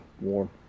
warm